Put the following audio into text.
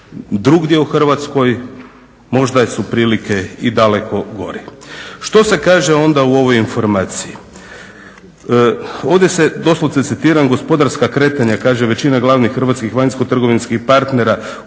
Drugdje u Hrvatskoj možda su prilike i daleko gore. Što se kaže onda u ovoj informaciji? Ovdje se, doslovce citiram Gospodarska kretanja, kaže: "Većina glavnih hrvatskih vanjsko-trgovinskih partnera